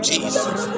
Jesus